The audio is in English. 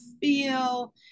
feel